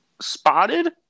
spotted